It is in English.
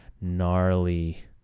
gnarly